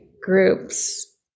groups